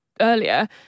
earlier